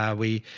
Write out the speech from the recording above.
ah we,